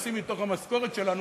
היחסי מתוך המשכורת שלנו,